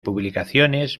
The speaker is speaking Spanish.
publicaciones